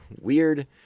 weird